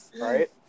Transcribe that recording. right